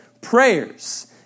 prayers